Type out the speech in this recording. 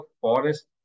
forest